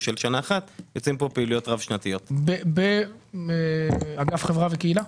שנה אחת יוצרים פה פעילויות רב-שנתיות באגף מדע וקהילה.